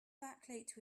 backlit